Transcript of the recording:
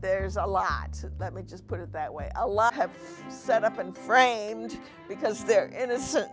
there's a lot let me just put it that way a lot have set up and framed because they're innocent